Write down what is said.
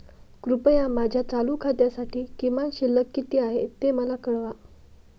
कृपया माझ्या चालू खात्यासाठी किमान शिल्लक किती आहे ते मला कळवा